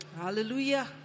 Hallelujah